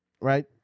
right